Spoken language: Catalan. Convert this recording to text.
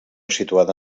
situada